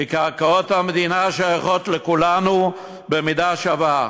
כי קרקעות המדינה שייכות לכולנו במידה שווה.